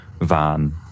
van